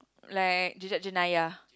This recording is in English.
like Jejak Jenayaha